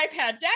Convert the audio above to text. iPad